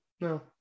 No